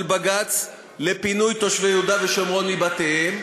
בג"ץ לפינוי תושבי יהודה ושומרון מבתיהם,